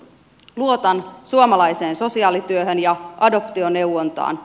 luotan suomalaiseen sosiaalityöhön ja adoptioneuvontaan